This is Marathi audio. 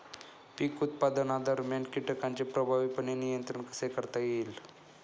पीक उत्पादनादरम्यान कीटकांचे प्रभावीपणे नियंत्रण कसे करता येईल?